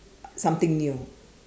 something new